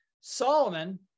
Solomon